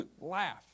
laugh